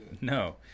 No